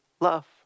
love